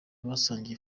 basangiye